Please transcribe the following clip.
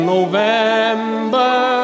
November